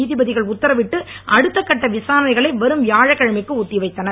நீதிபதிகள் உத்தரவிட்டு அடுத்த கட்ட விசாரணைகளை வரும் வியாழக்கிழமைக்கு ஒத்தி வைத்தனர்